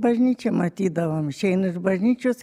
bažnyčioj matydavom išeina iš bažnyčios